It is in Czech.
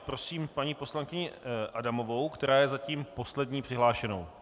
Prosím paní poslankyni Adamovou, která je zatím poslední přihlášenou.